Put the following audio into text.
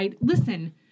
Listen